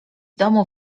domu